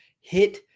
Hit